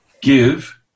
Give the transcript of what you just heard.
Give